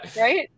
right